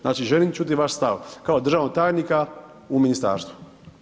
Znači želim čuti vaš stav kao državnog tajnika u ministarstvu.